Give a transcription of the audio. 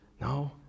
No